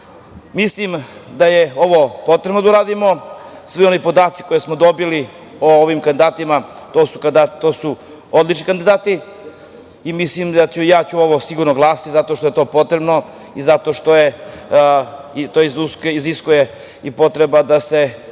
Srbije. Mislim da je ovo potrebno da uradimo. Svi oni podaci koje smo dobili o ovim kandidatima, to su odlični kandidati i mislim da ću za ovo sigurno glasati, zato što je to potrebno i zato što to iziskuje potrebu da se radi